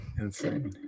Insane